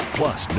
plus